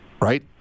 right